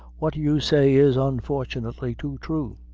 what you say is unfortunately too thrue.